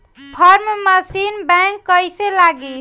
Form machine back कईसे लागी?